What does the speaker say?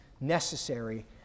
necessary